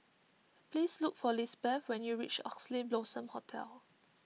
please look for Lizbeth when you reach Oxley Blossom Hotel